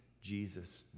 Jesus